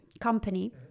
company